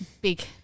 big